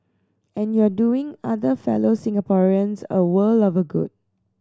and you're doing other fellow Singaporeans a world of good